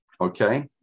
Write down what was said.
Okay